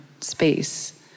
space